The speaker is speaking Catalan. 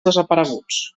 desapareguts